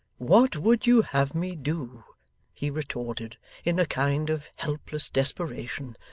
what would you have me do he retorted in a kind of helpless desperation.